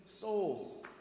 souls